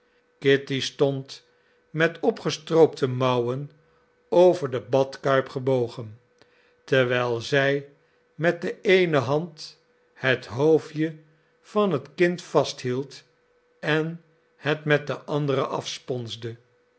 kitty stond met opgestroopte mouwen over de badkuip gebogen terwijl zij met de eene hand het hoofdje van het kind vasthield en het met de andere afsponste